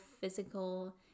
physical